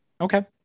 okay